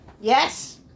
Yes